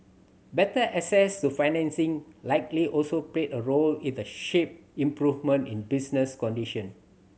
better access to financing likely also played a role in the shape improvement in business condition